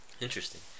Interesting